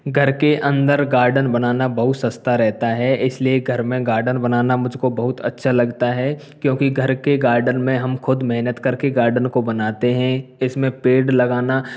घर के अंदर गार्डन बनाना बहुत सस्ता रहता है इसलिए घर में गार्डन बनाना मुझको बहुत अच्छा लगता है क्योंकि घर के गार्डन में हम खुद मेहनत करके गार्डन को बनाते हैं इसमें पेड़ लगाना